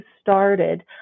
started